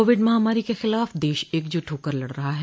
Covid महामारी के खिलाफ देश एकजुट होकर लड़ रहा है